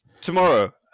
Tomorrow